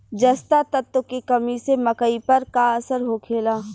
जस्ता तत्व के कमी से मकई पर का असर होखेला?